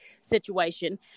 situation